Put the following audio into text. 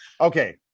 Okay